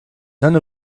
none